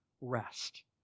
rest